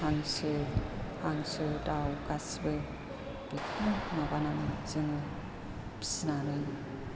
हांसो दाउ गासैबो माबानानै जोङो फिसिनानै